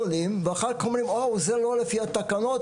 ואחר כך אומרים שזה לא לפי התקנות.